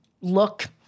look